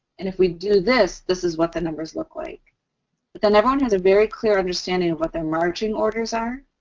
and if we do this, this is what the numbers look like but then everyone has a very clear understanding of what their marching orders are,